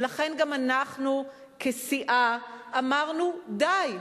ולכן, גם אנחנו כסיעה אמרנו: די.